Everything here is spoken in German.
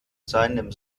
seinem